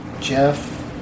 Jeff